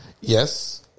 Yes